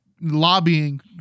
lobbying